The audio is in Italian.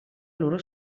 loro